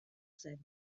zen